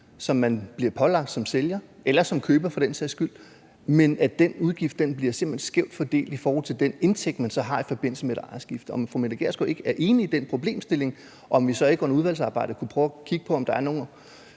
som man bliver pålagt som sælger eller som køber for den sags skyld, men at den udgift simpelt hen bliver skævt fordelt i forhold til den indtægt, man så har i forbindelse med et ejerskifte. Er fru Mette Gjerskov ikke enig i den problemstilling, og kan vi så ikke under udvalgsarbejdet prøve at kigge på, om der er nogle